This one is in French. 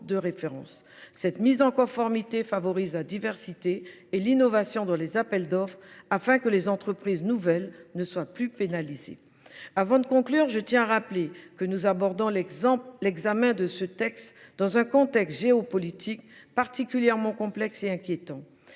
Cette mise en conformité favorise la diversité et l’innovation dans les appels d’offres, afin que les entreprises nouvellement créées ne soient plus pénalisées. Avant de conclure, je tiens à rappeler que nous abordons l’examen de ce texte dans un contexte géopolitique particulièrement complexe et inquiétant.